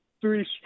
three